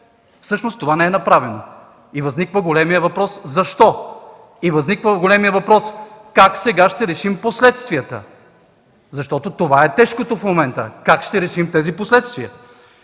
Всъщност това не е направено. Възниква големият въпрос: „Защо?”. Възниква големият въпрос: „Как сега ще решим последствията?”. Това е тежкото в момента – как ще решим тези последствия.